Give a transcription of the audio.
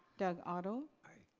doug otto? aye.